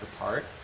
apart